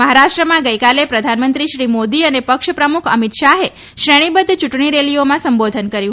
મહારાષ્ટ્રમાં ગઈકાલે પ્રધાનમંત્રી શ્રી મોદી અને પક્ષ પ્રમુખ અમિતશાહે શ્રેણીબદ્ધ ચૂંટણી રેલીઓમાં સંબોધન કરશે